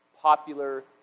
popular